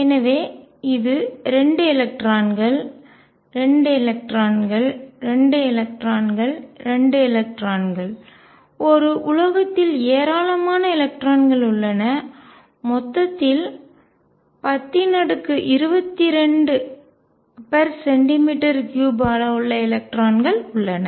எனவே இது 2 electrons 2 electrons 2 electrons 2 electrons ஒரு உலோகத்தில் ஏராளமான எலக்ட்ரான்கள் உள்ளன மொத்தத்தில் 1022 சென்டிமீட்டர் க்யூப் அளவு எலக்ட்ரான்கள் உள்ளன